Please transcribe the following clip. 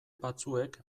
batzuek